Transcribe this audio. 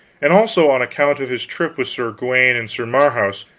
and also on account of his trip with sir gawaine and sir marhaus,